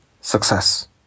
success